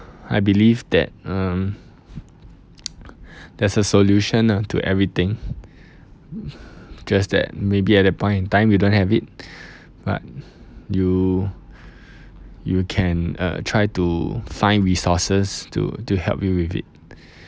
I believe that um there's a solution ah to everything just that maybe at that point in time you don't have it but you you can uh try to find resources to to help you with it